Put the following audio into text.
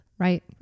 Right